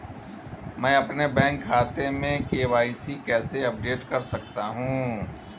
मैं अपने बैंक खाते में के.वाई.सी कैसे अपडेट कर सकता हूँ?